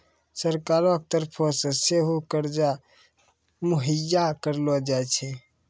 सरकारो के तरफो से सेहो कर्जा मुहैय्या करलो जाय छै